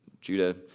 Judah